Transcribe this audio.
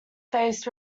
faced